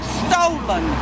stolen